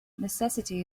necessity